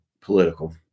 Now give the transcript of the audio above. political